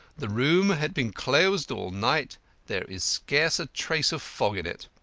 the room had been closed all night there is scarce a trace of fog in it.